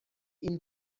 این